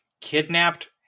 kidnapped